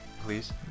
please